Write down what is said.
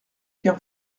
car